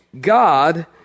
God